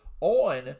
on